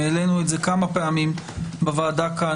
העלינו את זה כמה פעמים בוועדה כאן,